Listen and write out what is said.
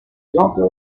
drunkard